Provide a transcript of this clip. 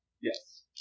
Yes